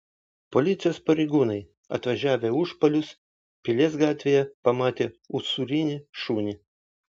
policijos pareigūnai atvažiavę į užpalius pilies gatvėje pamatė usūrinį šunį